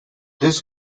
this